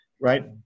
right